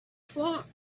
flock